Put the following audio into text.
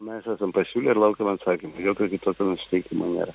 mes esam pasiūlę ir laukiam atsakymo jokio kitokio nusiteikimo nėra